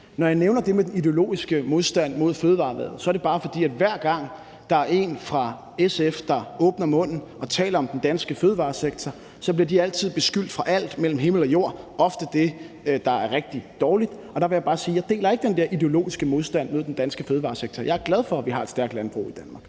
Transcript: Når jeg nævner det med den ideologiske modstand mod fødevareerhvervet, er det bare, fordi hver gang der er en fra SF, der åbner munden og taler om den danske fødevaresektor, bliver den altid beskyldt for alt mellem himmel og jord – ofte det, der er rigtig dårligt. Og der vil jeg bare sige, at jeg ikke deler den der ideologiske modstand mod den danske fødevaresektor. Jeg er glad for, at vi har et stærkt landbrug i Danmark.